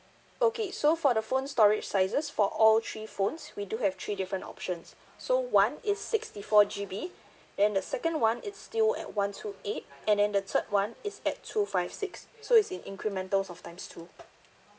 okay so for the phone storage sizes for all three phones we do have three different options so one is sixty four G_B then the second one is still at one two eight and then the third one is at two five six so is in incremental of times two